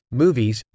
movies